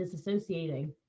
disassociating